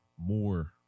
more